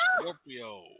Scorpio